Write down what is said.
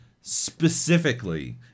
specifically